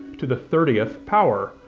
to the thirtieth power,